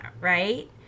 right